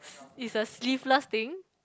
it's a sleeveless thing